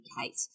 Kate